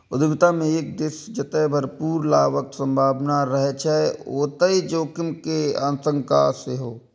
उद्यमिता मे एक दिस जतय भरपूर लाभक संभावना रहै छै, ओतहि जोखिम के आशंका सेहो